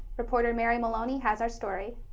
reporter mary moloney has our story.